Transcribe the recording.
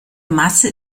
masse